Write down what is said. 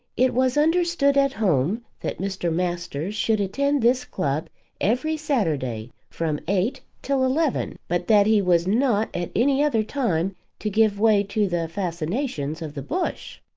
it was understood at home that mr. masters should attend this club every saturday from eight till eleven, but that he was not at any other time to give way to the fascinations of the bush.